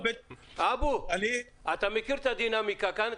אתה מכיר את הדינמיקה כאן.